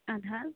اَہن حظ